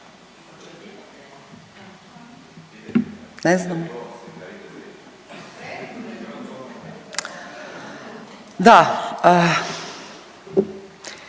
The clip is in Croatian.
Ne znam, da